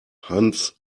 hans